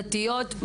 דתיות,